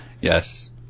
Yes